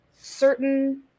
certain